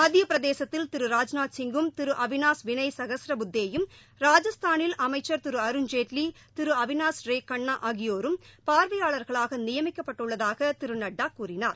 மத்திய பிரதேசத்தில் திரு ராஜ்நாத் சிங்கும் திரு அவிநாஸ் வினை சகஸ்ர புத்தே யும் ராஜஸ்தானில் அமைச்சா் திரு அருண்ஜேட்லி திரு அவிநாஸ்ரே கன்னா அகியோரும் பார்வையாளர்களாக நியமிக்கப்பட்டுள்ளதாக திரு நட்டா கூறினார்